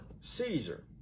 Caesar